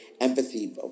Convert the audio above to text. empathy